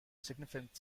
significant